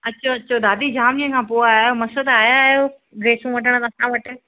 अचो अचो दादी जामु ॾींहनि खां पोइ आया आहियो मस त आया आहियो ड्रेसूं वठणु असां वटि